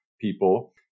people